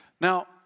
Now